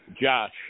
Josh